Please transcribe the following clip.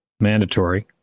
mandatory